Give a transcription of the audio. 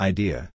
Idea